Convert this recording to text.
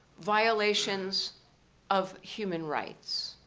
violations of human rights.